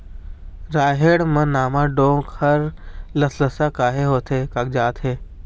रहेड़ म नावा डोंक हर लसलसा काहे होथे कागजात हे?